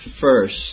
first